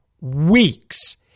weeks